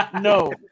No